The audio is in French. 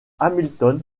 hamilton